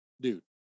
dude